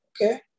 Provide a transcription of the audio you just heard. okay